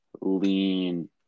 lean